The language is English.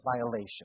violation